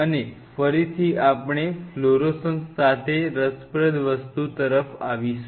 અને ફરીથી આપણે ફ્લોરોસન્સ સાથે રસપ્રદ વસ્તુ તરફ આવીશું